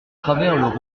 travers